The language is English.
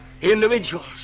Individuals